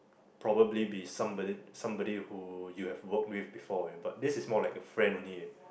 probably be somebody somebody who you have worked with before but this is more like a friend only eh